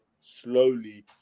slowly